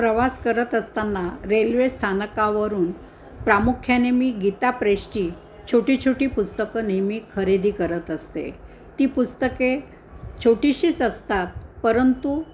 प्रवास करत असतना रेल्वे स्थाानकावरून प्रामुख्याने मी गीताप्रेशची छोटी छोटी पुस्तकं नेहमी खरेदी करत असते ती पुस्तके छोटीशीच असतात परंतु